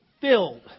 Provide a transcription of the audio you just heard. filled